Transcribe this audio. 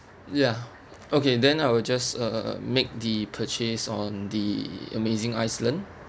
ya okay then I will just uh uh make the purchase on the amazing iceland